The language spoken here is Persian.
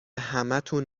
همتون